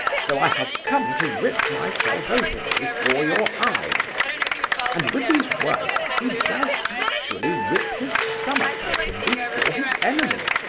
so i have come to rip myself open before your eyes and with these words he does actually rip his stomach open before his enemy,